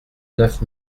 neuf